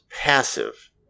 passive